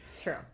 True